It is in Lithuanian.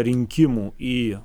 rinkimų į